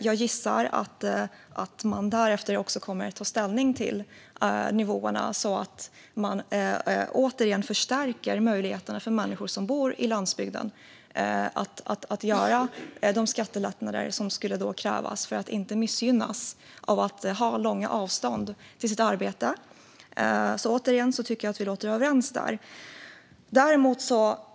Jag gissar att man därefter också kommer att ta ställning till nivåerna, så att man återigen förstärker möjligheterna för människor som bor på landsbygden till de skattelättnader som krävs för att de inte ska missgynnas av att ha långa avstånd till sitt arbete. Återigen tycker jag att vi låter överens där.